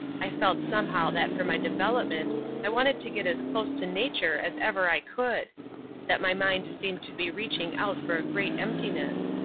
i felt somehow that for my development i wanted to get as close to nature as ever i could that my mind seemed to be reaching out for a great emptiness.